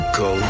go